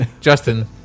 Justin